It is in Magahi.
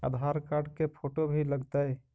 आधार कार्ड के फोटो भी लग तै?